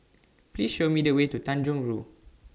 Please Show Me The Way to Tanjong Rhu